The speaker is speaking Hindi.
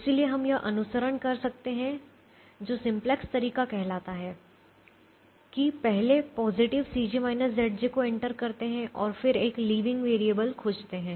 इसलिए हम यह अनुसरण कर सकते हैं जो सिम्पलेक्स तरीका कहलाता है कि पहले पॉजिटिव को इंटर करते हैं और फिर एक लीविंग वैरिएबल खोजते हैं